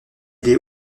des